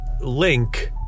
link